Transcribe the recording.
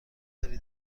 داری